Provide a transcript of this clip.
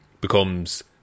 Becomes